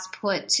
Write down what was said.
put